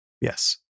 Yes